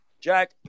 Jack